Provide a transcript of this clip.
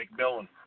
McMillan